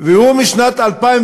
והוא משנת 2005